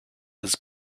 his